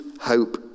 hope